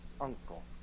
uncle